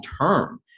term